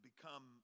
become